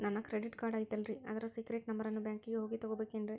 ನನ್ನ credit card ಐತಲ್ರೇ ಅದರ ಸೇಕ್ರೇಟ್ ನಂಬರನ್ನು ಬ್ಯಾಂಕಿಗೆ ಹೋಗಿ ತಗೋಬೇಕಿನ್ರಿ?